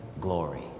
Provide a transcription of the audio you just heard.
Glory